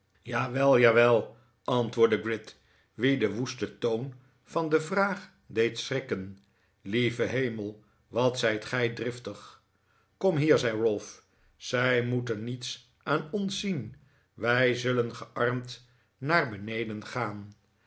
jawel jawel antwoordde gride wien de woeste toon van de vraag deed schrikken lieve hemel wat zijt gij driftig kom hier zei ralph zij moeten niets aan ons zien wij zullen gearmd naar beneden gaan